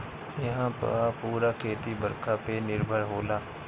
इहां पअ पूरा खेती बरखा पे निर्भर होला